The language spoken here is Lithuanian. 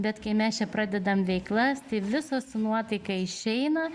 bet kai mes čia pradedam veiklas tai visos su nuotaika išeina